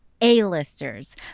A-listers